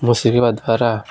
ମୋ ଶିଖିବା ଦ୍ୱାରା